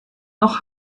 noch